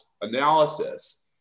analysis